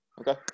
Okay